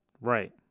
Right